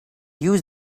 use